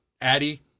Addie